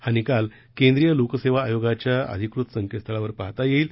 हा निकाल केंद्रीय लोकसेवा आयोगाच्या अधिकृत संकेतस्थळावर पाहता येईल